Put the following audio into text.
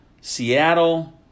Seattle